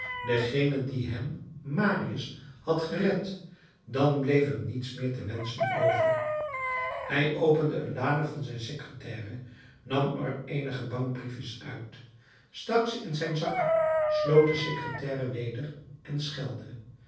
dengene die hem marius had gered dan bleef hem niets meer te wenschen over hij opende een lade van zijn secretaire nam er eenige bankbriefjes uit stak ze in zijn zak sloot de secretaire weder en schelde